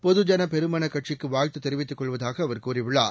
பொதுஜனபெருமனகட்சிக்குவாழ்த்துதெரிவித்துக் கொள்வதாகஅவர் கூறியுள்ளார்